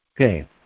Okay